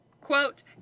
quote